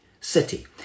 city